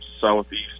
southeast